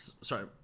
Sorry